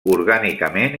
orgànicament